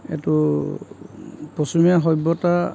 এইটো পশ্চিমীয়া সভ্যতা